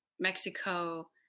Mexico